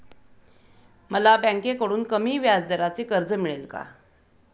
मला बँकेकडून कमी व्याजदराचे कर्ज मिळेल का?